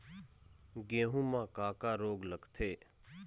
गेहूं म का का रोग लगथे?